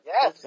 Yes